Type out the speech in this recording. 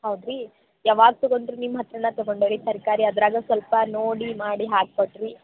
ಹೌದು ರೀ ಯಾವಾಗ ತಗೊಂಡರು ನಿಮ್ಮ ಹತ್ರನೆ ತಗೊಂಡೆ ರೀ ತರಕಾರಿ ಅದ್ರಾಗೆ ಸ್ವಲ್ಪ ನೋಡಿ ಮಾಡಿ ಹಾಕಿ ಕೊಡ್ರೀ